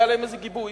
היה להם איזה גיבוי,